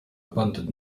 abundant